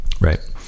Right